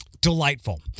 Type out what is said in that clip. delightful